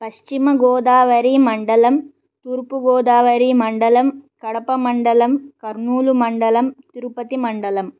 पश्चिमगोदावरीमण्डलं तूर्पुगोदावरीमण्डलं कडपमण्डलं कर्नूलुमण्डलं तिरुपतिमण्डलम्